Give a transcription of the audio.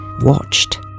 Watched